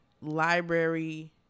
library